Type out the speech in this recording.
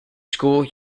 school